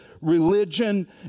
religion